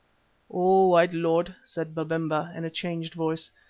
oh! white lord, said babemba, in a changed voice,